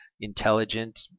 intelligent